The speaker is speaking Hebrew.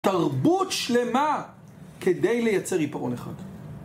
תרבות שלמה כדי לייצר עיפרון אחד.